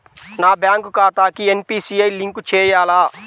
నా బ్యాంక్ ఖాతాకి NPCI link చేయాలా?